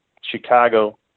Chicago